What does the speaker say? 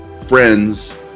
friends